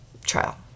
trial